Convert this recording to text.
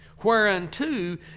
whereunto